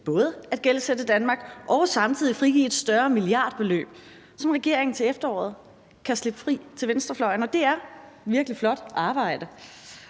til at gældsætte Danmark og samtidig frigive et større milliardbeløb, som regeringen til efteråret kan slippe fri til venstrefløjen, og det er virkelig flot arbejde.